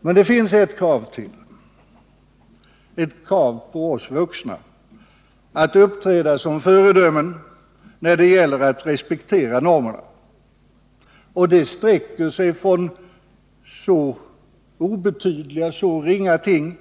Men det finns ett krav till — ett krav på oss vuxna att uppträda som föredömen när det gäller att respektera normerna, och det sträcker sig från så obetydliga och ringa ting